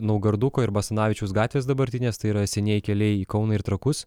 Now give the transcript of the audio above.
naugarduko ir basanavičiaus gatvės dabartinės tai yra senieji keliai į kauną ir trakus